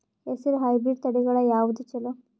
ಹೆಸರ ಹೈಬ್ರಿಡ್ ತಳಿಗಳ ಯಾವದು ಚಲೋ?